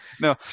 No